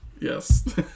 Yes